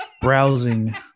browsing